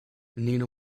nina